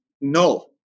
No